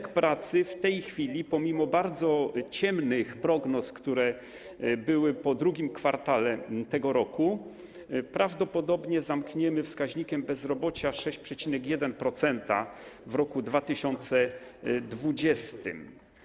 rynek pracy w tej chwili, pomimo bardzo ciemnych prognoz, które były po drugim kwartale tego roku, prawdopodobnie zamkniemy wskaźnikiem bezrobocia 6,1% w roku 2020.